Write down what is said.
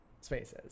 spaces